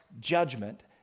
judgment